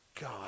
God